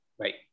Right